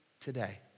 today